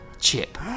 Chip